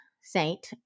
saint